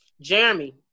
Jeremy